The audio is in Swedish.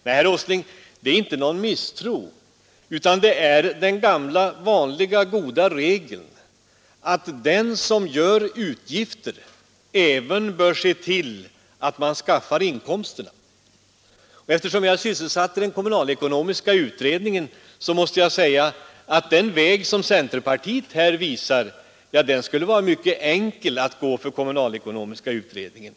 Nej, herr Åsling, det är inte någon misstro, utan det är den gamla, vanliga, goda regeln att den som gör utgifter även bör se till att han skaffar inkomsterna. Eftersom jag är sysselsatt i den kommunalekonomiska utredningen måste jag säga, att den väg som centerpartiet här visar skulle vara mycket enkel att gå för kommunalekonomiska utredningen.